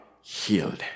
healed